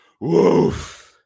Woof